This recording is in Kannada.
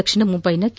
ದಕ್ಷಿಣ ಮುಂಬೈನ ಕೆ